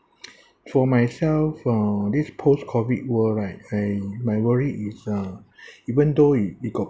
for myself uh this post-COVID world right I my worry is uh even though you you got